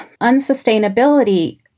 unsustainability